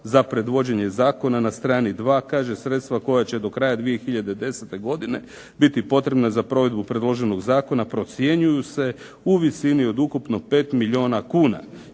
za predvođenje zakona na strani 2 kaže sredstva koja će do kraja 2010. godine biti potrebna za provedbu predloženog zakona, procjenjuju se u visini od ukupno 5 milijuna kuna